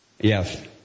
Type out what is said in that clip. Yes